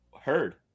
Heard